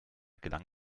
gelang